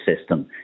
system